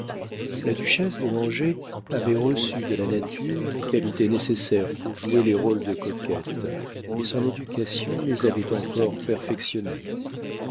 la duchesse de langeais avait reçu de la nature les qualités nécessaires pour jouer les rôles de coquette et son éducation les avait encore perfectionnées